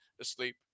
asleep